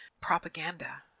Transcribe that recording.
propaganda